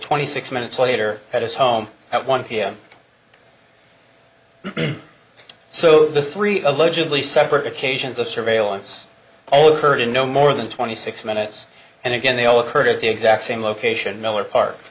twenty six minutes later at his home at one pm so the three allegedly separate occasions of surveillance overheard in no more than twenty six minutes and again they all occurred at the exact same location miller park